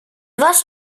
was